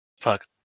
Fuck